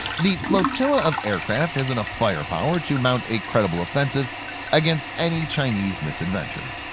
the flotilla of aircraft has enough firepower to mount a credible offensive against any chinese misadventure.